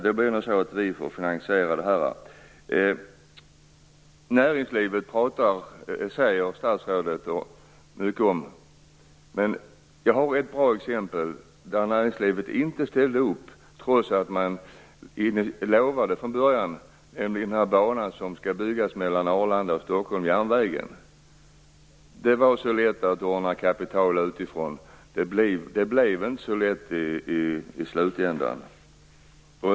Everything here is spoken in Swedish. Det blir nog så att riksdagen får finansiera det. Statsrådet säger mycket om näringslivet. Men jag har ett bra exempel där näringslivet inte ställde upp, trots att man från början lovade att göra det. Det gäller järnvägen som skall byggas mellan Stockholm och Arlanda. Det skulle vara så lätt att ordna kapital utifrån, men det blev inte så lätt i slutändan.